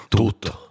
tutto